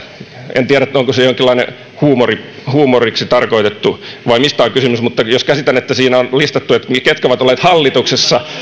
en tiedä onko se jonkinlainen huumoriksi huumoriksi tarkoitettu vai mistä on kysymys mutta jos käsitän että siinä on listattu ketkä ovat olleet hallituksessa